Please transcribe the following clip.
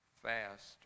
fast